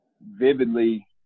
vividly